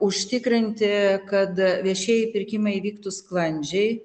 užtikrinti kad viešieji pirkimai vyktų sklandžiai